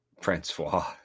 Francois